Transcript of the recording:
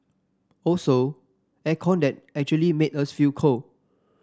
also air con that actually made us feel cold